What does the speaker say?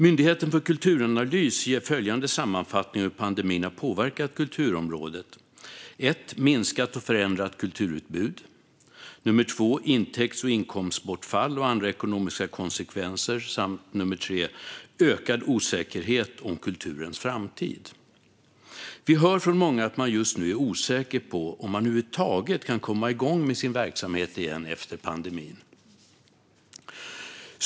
Myndigheten för kulturanalys gör följande sammanfattning av hur pandemin har påverkat kulturområdet: För det första minskat och förändrat kulturbud, för det andra intäkts och inkomstbortfall och andra ekonomiska konsekvenser samt för det tredje ökad osäkerhet om kulturens framtid. Vi hör från många att man just nu är osäker på om man över huvud taget kan komma igång med sin verksamhet igen efter pandemin.